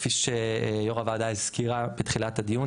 כפי שיו״ר הוועדה הזכירה בתחילת הדיון,